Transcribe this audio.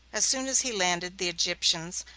as soon as he landed, the egyptians,